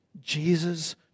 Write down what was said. Jesus